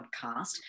podcast